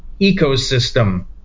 ecosystem